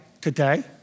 today